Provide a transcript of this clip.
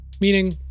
meaning